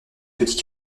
petit